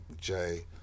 Jay